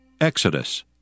Exodus